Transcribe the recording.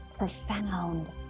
Profound